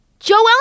Joel